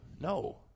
No